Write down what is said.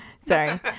Sorry